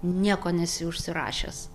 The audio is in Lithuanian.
nieko nesi užsirašęs